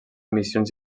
missions